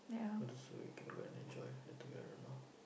so you can go and enjoy later I don't know